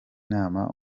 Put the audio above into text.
inama